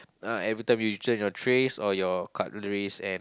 uh everytime you return your trays or your cutleries and